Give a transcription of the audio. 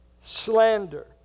slander